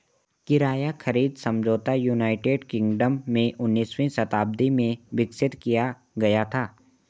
किराया खरीद समझौता यूनाइटेड किंगडम में उन्नीसवीं शताब्दी में विकसित किया गया था